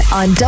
on